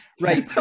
Right